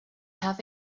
have